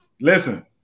listen